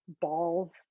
balls